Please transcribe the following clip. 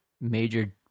major